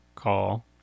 call